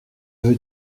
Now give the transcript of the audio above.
veux